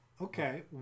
okay